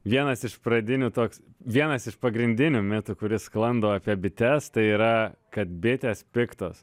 vienas iš pradinių toks vienas iš pagrindinių mitų kuris sklando apie bites tai yra kad bitės piktos